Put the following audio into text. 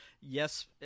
Yes